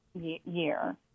year